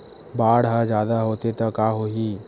बाढ़ ह जादा होथे त का होही?